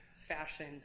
fashion